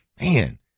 man